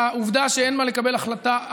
העובדה היא שאין מה לקבל החלטה,